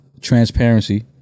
transparency